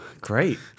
great